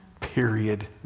period